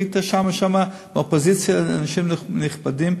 ראית שם באופוזיציה אנשים נכבדים,